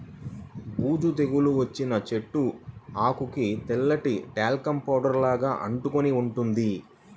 బూజు తెగులు వచ్చిన చెట్టు ఆకులకు తెల్లటి టాల్కమ్ పౌడర్ లాగా అంటుకొని ఉంటుంది